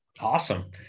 Awesome